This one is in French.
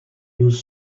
nous